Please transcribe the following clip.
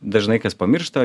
dažnai kas pamiršta